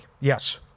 yes